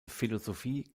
philosophie